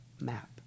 map